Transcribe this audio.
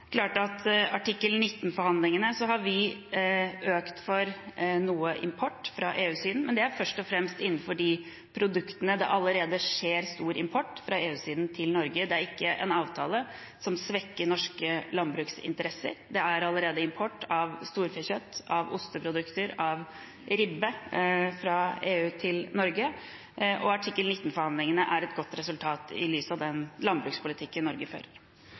men det er først og fremst innenfor de produktene der det allerede skjer stor import fra EU-siden til Norge. Det er ikke en avtale som svekker norske landbruksinteresser, det er allerede import av storfekjøtt, av osteprodukter og av ribbe fra EU til Norge. Artikkel 19-forhandlingene er et godt resultat, sett i lys av den landbrukspolitikken Norge fører.